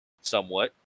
somewhat